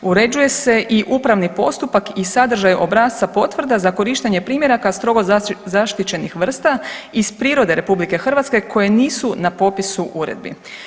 Uređuje se i upravni postupak i sadržaj obrasca potvrda za korištenje primjeraka strogo zaštićenih vrsta iz prirode RH koje nisu na popisu uredbu.